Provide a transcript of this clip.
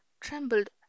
trembled